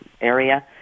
area